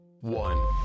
one